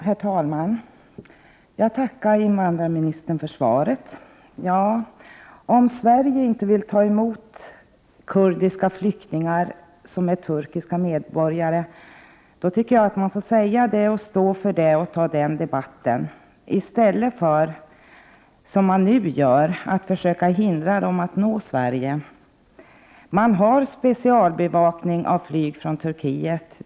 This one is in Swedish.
Herr talman! Jag tackar invandrarministern för svaret. Om Sverige inte vill ta emot kurdiska flyktingar som är turkiska medborgare, tycker jag att man bör säga det, stå för det och ta den debatten i stället för att som man nu gör hindra dem från att nå Sverige. Man har specialbevakning av flyg från Turkiet.